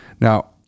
now